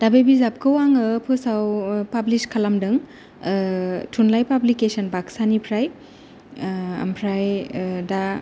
दा बे बिजाबखौ आङो फोसाव फाब्लिस खालामदों थुनलाइ पाबिक्लेसन बागसानिफ्राय ओमफ्राय दा